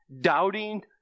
doubting